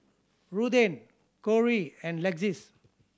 Ruthanne Cori and Lexis